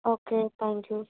okay thank you